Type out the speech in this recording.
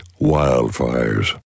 wildfires